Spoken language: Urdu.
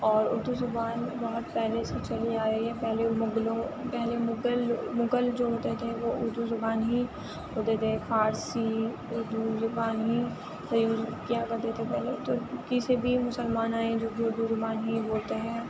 اور اُردو زبان بہت پہلے سے چلی آ رہی ہے پہلے مغلوں پہلے مُغل مُغل جو ہوتے تھے وہ اُردو زبان ہی بولتے تھے فارسی اُردو زبان ہی تھی کیا کرتے تھے پہلے تو کسی بھی مسلمان آئیں جو بھی اُردو زبان ہی بولتے ہیں